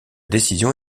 décision